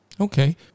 Okay